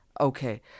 Okay